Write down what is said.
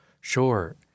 Sure